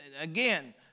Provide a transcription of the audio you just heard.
again